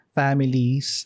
families